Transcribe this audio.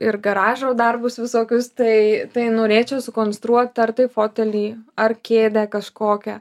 ir garažo darbus visokius tai tai norėčiau sukonstruot ar tai fotelį ar kėdę kažkokią